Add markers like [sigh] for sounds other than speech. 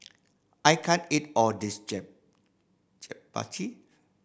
I can't eat all this [unintelligible] Japchae